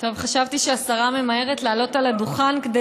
חשבתי שהשרה ממהרת לעלות על הדוכן כדי